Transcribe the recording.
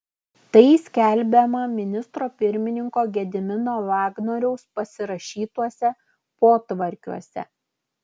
tai skelbiama ministro pirmininko gedimino vagnoriaus pasirašytuose potvarkiuose